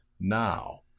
Now